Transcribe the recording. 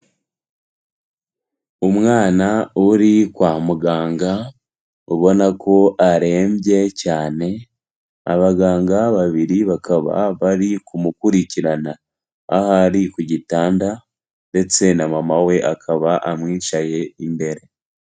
Umwana uri kwa muganga ubona ko arembye cyane, abaganga babiri bakaba bari kumukurikirana ahari ku gitanda ndetse na mama we akaba amwicaye imbere.